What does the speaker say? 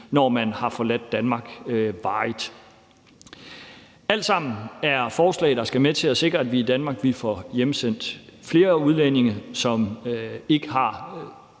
når man har forladt Danmark varigt. Det er alt sammen forslag, der skal være med til at sikre, at vi i Danmark får hjemsendt flere udlændinge, som ikke har